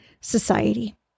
society